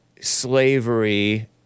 slavery